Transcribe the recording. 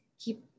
keep